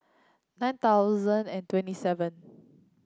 nine thousand and twenty seven